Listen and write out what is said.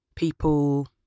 people